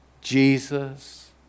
Jesus